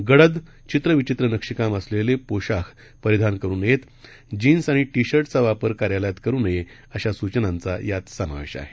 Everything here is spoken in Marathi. गडद चित्रविचित्रनक्षीकामअसलेलेपोशाखपरिधानकरुनये जीन्सआणिटि शर्टचावापरकार्यालयातकरुनये अशासूचनांचायातसमावेशआहे